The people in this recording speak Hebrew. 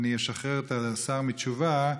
אשחרר את השר מתשובה.